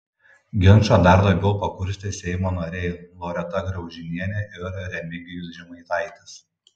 ginčą dar labiau pakurstė seimo nariai loreta graužinienė ir remigijus žemaitaitis